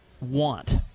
want